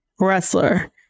wrestler